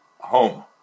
home